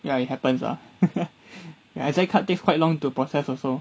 ya it happens ah your ISAC card takes quite long to process also